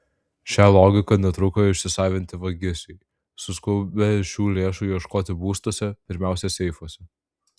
šią logiką netruko įsisavinti vagišiai suskubę šių lėšų ieškoti būstuose pirmiausia seifuose